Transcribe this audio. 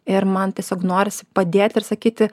ir man tiesiog norisi padėti ir sakyti